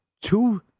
two